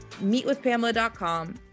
meetwithpamela.com